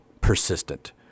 persistent